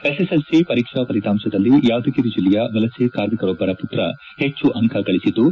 SSLC ಪರೀಕ್ಷಾ ಫಲಿತಾಂಶದಲ್ಲಿ ಯಾದಗಿರಿ ಜಿಲ್ಲೆಯ ವಲಸೆ ಕಾರ್ಮಿಕರೊಬ್ಬರ ಪುತ್ರ ಹೆಚ್ಚು ಅಂಕಗಳಿಸಿದ್ದು